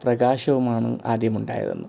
പ്രകാശവുമാണ് ആദ്യമുണ്ടായതെന്ന്